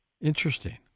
Interesting